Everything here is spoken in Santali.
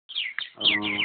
ᱚᱸᱻ